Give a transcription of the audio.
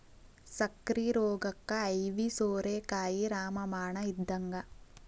ಸಕ್ಕ್ರಿ ರೋಗಕ್ಕ ಐವಿ ಸೋರೆಕಾಯಿ ರಾಮ ಬಾಣ ಇದ್ದಂಗ